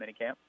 minicamp